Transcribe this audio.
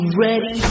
ready